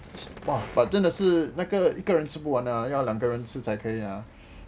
!wah! but 真的是那个一个人吃不完的要两个人吃才可以 ah